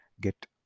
get